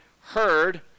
heard